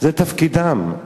זה תפקידם.